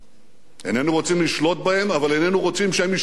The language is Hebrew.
איננו רוצים לשלוט בהם אבל איננו רוצים שהם ישלטו בנו.